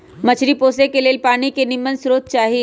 मछरी पोशे के लेल पानी के निम्मन स्रोत चाही